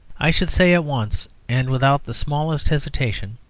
i should say at once and without the smallest hesitation,